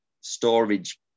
storage